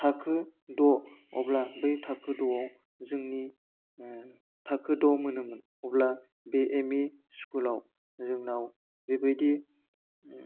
थाखो द' अब्ला बै थाखो द'आव जोंनि ओह थाखो द' मोनोमोन अब्ला बे एमइ स्कुलआव जोंनाव बेबायदि